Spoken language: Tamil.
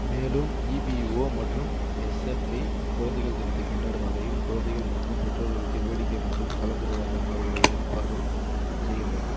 மேலும் இபிஓ மற்றும் எஸ்எஃப்பி குழந்தைகள் தினத்தை கொண்டாடும் வகையில் குழந்தைகள் மற்றும் பெற்றோர்களுக்கு வேடிக்கை மற்றும் கலந்துரையாடல் அமர்வுகளை ஏற்பாடு செய்கின்றன